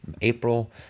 April